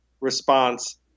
response